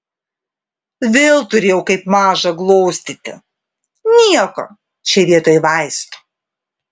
vėl turėjau kaip mažą glostyti nieko čia vietoj vaistų